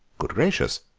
good gracious!